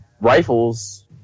rifles